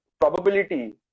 probability